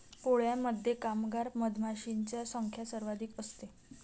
पोळ्यामध्ये कामगार मधमाशांची संख्या सर्वाधिक असते